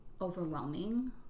overwhelming